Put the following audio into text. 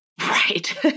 Right